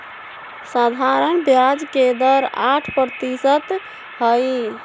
सधारण ब्याज के दर आठ परतिशत हई